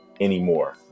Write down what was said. anymore